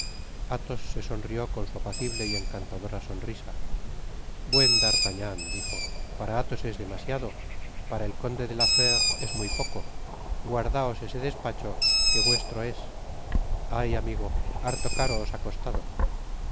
athos se sonrió con su apacible y encantadora sonrisa buen d'artagnan dijo para athos es demasiado para el conde de la fére es muy poco guardaos ese despacho que vuestro es ay amigo harto caro os